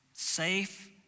Safe